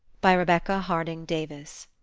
by rebecca harding davis